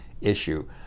issue